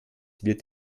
wird